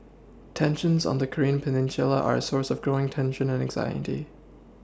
tensions on the Korean peninsula are a source of growing tension and anxiety